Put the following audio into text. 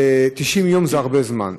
90 יום זה הרבה זמן.